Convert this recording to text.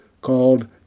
called